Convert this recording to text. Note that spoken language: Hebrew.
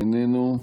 איננו,